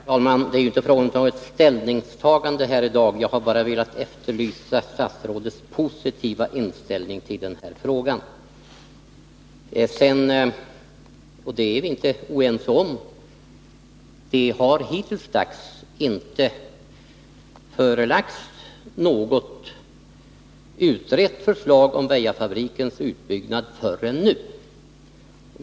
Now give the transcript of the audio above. Herr talman! Det är inte fråga om ett ställningstagande i dag; jag har bara velat efterlysa statsrådets positiva inställning till denna fråga. Det har inte — det är vi inte oense om — framlagts något utrett förslag om Väjafabrikens utbyggnad förrän nu.